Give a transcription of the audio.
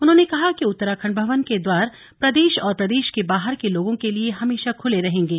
उन्होंने कहा कि उत्तराखण्ड भवन के द्वार प्रदेश और प्रदेश के बाहर के लोगों के लिए हमेशा खुले रहेंगे